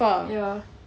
ya